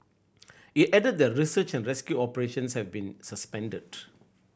it added that research and rescue operations have been suspended